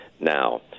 now